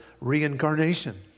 reincarnation